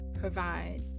provide